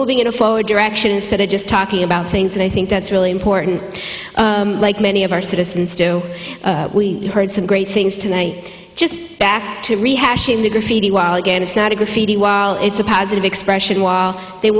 moving in a forward direction instead of just talking about things and i think that's really important like many of our citizens do we heard some great things tonight just back to rehashing the graffiti while again it's not a graffiti while it's a positive expression wall they